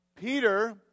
Peter